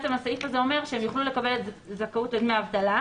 הסעיף הזה אומר שהם יוכלו לקבל זכאות לדמי אבטלה,